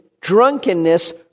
drunkenness